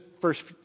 first